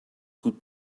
could